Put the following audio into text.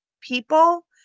people